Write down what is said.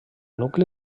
nucli